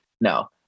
No